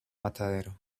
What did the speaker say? matadero